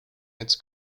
its